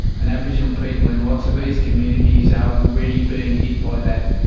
and aboriginal people in lots of these communities are already being hit by that.